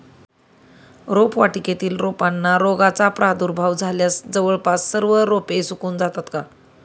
रोपवाटिकेतील रोपांना रोगाचा प्रादुर्भाव झाल्यास जवळपास सर्व रोपे सुकून जातात का?